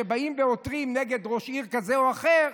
שבאות ועותרות נגד ראש עיר כזה או אחר,